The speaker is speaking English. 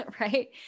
right